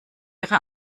ihre